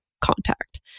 contact